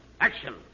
Action